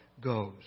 goes